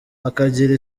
akagira